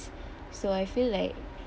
so I feel like